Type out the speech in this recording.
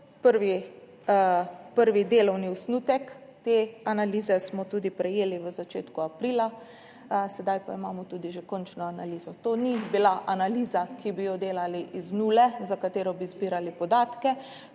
Prvi delovni osnutek te analize smo tudi prejeli, in sicer v začetku aprila, sedaj pa imamo tudi že končno analizo. To ni bila analiza, ki bi jo delali iz nule, za katero bi zbirali podatke,